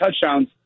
touchdowns